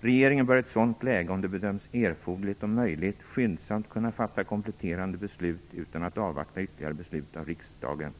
Regeringen bör i ett sådant läge, om det bedöms erforderligt och möjligt, skyndsamt kunna fatta kompletterande beslut utan att avvakta ytterligare beslut av riksdagen.